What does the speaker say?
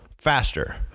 Faster